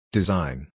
Design